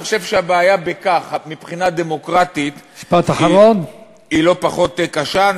אני חושב שהבעיה בכך מבחינה דמוקרטית היא לא פחות קשה.